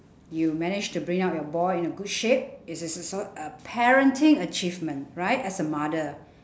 you managed to bring up your boy in a good shape it's it's also a parenting achievement right as a mother